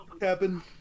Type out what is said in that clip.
happen